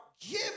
giving